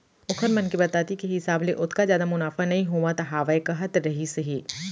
ओखर मन के बताती के हिसाब ले ओतका जादा मुनाफा नइ होवत हावय कहत रहिस हे